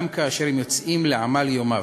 גם כאשר הם יוצאים לעמל יומם.